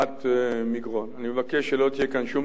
בגבעת-מגרון, אני מבקש שלא תהיה כאן שום טעות.